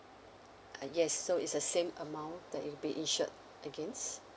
uh yes so it's the same amount that you'll be insured against